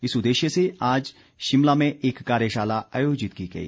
इस उद्देश्य से आज शिमला में एक कार्यशाला आयोजित की गई